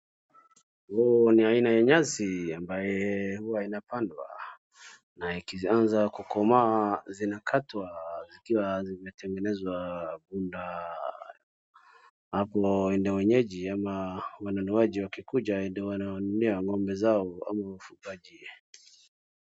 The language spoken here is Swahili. Huu ni aina ya nyasi ambaye huwa inapandwa na ikianza kukomaa zinakatwa zikiwa zimetengenezwa punda. Hapo ina wenyeji ama wanunuaji wakikuja ndo wanunulia ng'ombe zao au wafungaji.